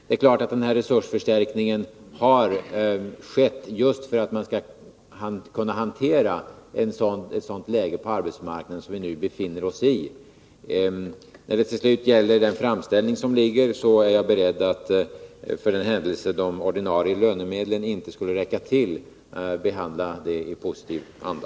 Det är klart att resursförstärkningen har skett just för att man skall kunna handskas med ett sådant läge på arbetsmarknaden som det vi nu befinner oss i. När det till sist gäller den framställning som är gjord är jag beredd att, för den händelse de ordinarie lönemedlen inte skulle räcka till, behandla den i positiv anda.